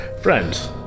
friends